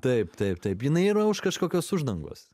taip taip taip jinai yra už kažkokios uždangos